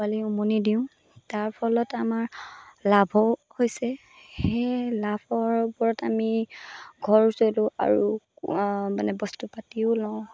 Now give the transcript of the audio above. পোৱালি উমনি দিওঁ তাৰ ফলত আমাৰ লাভো হৈছে সেই লাভৰ ওপৰত আমি ঘৰ চলোঁ আৰু মানে বস্তু পাতিও লওঁ